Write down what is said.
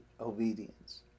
obedience